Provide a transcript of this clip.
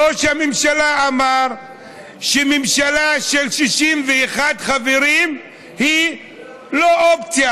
ראש הממשלה אמר שממשלה של 61 חברים היא לא אופציה,